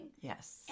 Yes